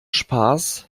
spaß